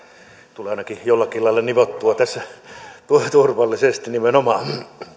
tulee ainakin jollakin lailla nivottua tässä turvallisesti nimenomaan